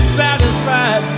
satisfied